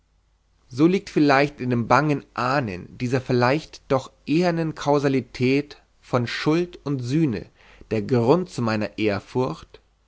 so liegt vielleicht in dem bangen ahnen dieser vielleicht doch ehernen kausalität von schuld und sühne der grund zu meiner ehrfurcht